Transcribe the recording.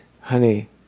Honey